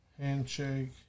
Handshake